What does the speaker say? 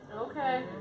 Okay